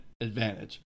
advantage